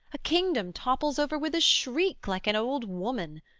a kingdom topples over with a shriek like an old woman,